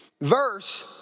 verse